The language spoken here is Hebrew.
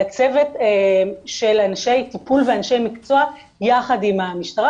אלא צוות של אנשי טיפול ואנשי מקצוע יחד עם המשטרה